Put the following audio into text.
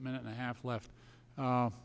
minute and a half left